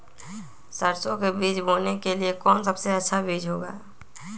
सरसो के बीज बोने के लिए कौन सबसे अच्छा बीज होगा?